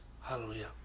hallelujah